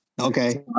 Okay